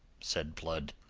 said blood.